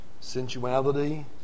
sensuality